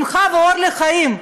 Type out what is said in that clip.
שמחה ואור לחיים,